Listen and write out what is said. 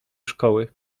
szkoły